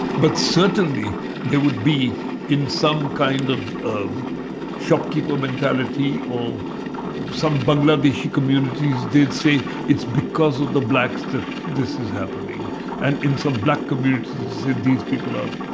but certainly there would be in some kind of um shopkeeper mentality or some bangladeshi communities they'd say it's because of the blacks that this is happening and in some black communities these people are,